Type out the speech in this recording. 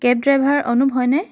cab driver Anup হয়নে